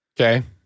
Okay